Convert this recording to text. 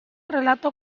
relato